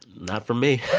not from me